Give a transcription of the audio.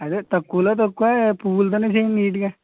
అదే తక్కువలో తక్కువ పువ్వులతోనే చేయండి నీట్గా